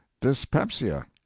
dyspepsia